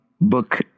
book